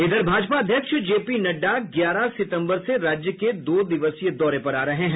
इधर भाजपा अध्यक्ष जेपी नड्डा ग्यारह सितम्बर से राज्य के दो दिवसीय दौरे पर आ रहे है